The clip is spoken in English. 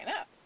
up